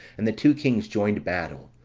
and the two kings joined battle,